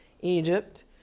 Egypt